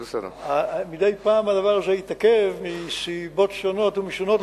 מדי פעם הדבר הזה התעכב מסיבות שונות ומשונות,